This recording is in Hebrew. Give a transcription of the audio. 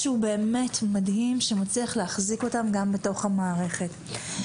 זה משהו באמת מדהים שמצליח להחזיק אותם גם בתוך המערכת.